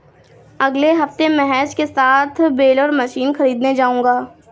अगले हफ्ते महेश के साथ बेलर मशीन खरीदने जाऊंगा